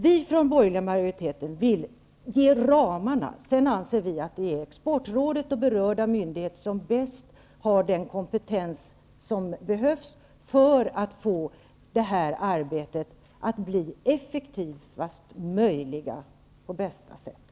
Vi från den borgerliga majoriteten vill att man skall ange ramarna. Sedan anser vi att det är exportrådet och berörda myndigheter som bäst har den kompetens som behövs för att det här arbetet skall bli effektivast möjliga och ske på bästa sätt.